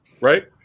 Right